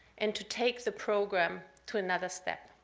and to take the program to another step.